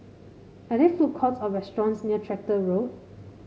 are there food courts or restaurants near Tractor Road